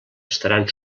estaran